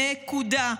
נקודה.